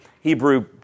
Hebrew